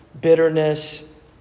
bitterness